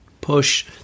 push